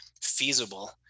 feasible